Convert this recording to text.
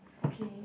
okay